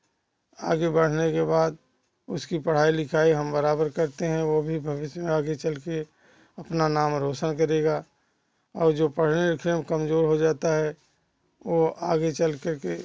आगे बढ़ने के बाद उसकी पढ़ाई लिखाई हम बराबर करते हैं वो भी भविष्य में आगे चल कर अपना नाम रोशन करेगा और जो पढ़ने लिखने में कमज़ोर हो जाता है वह आगे चलकर के